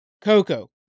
Coco